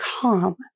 calm